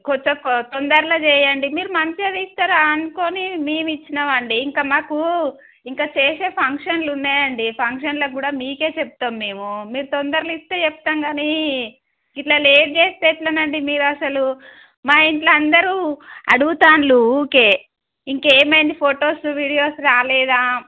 కొంచెం తొందరలో చేయండి మీరు మంచి అది ఇస్తారు అనుకొని మేము ఇచ్చినాం అండి ఇంకా మాకు ఇంకా చేసే ఫంక్షన్లు ఉన్నాయండి ఫంక్షన్లకు కూడా మీకే చెప్తాం మేము మీరు తొందరలో ఇస్తే చెప్తాం కానీ ఇట్లా లేట్ చేేస్తే ఎట్లా అండి మీరు అసలు మా ఇంట్లో అందరూ అడుగుతారు ఊరికే ఇంకా ఏమైంది ఫొటోస్ వీడియోస్ రాలేదా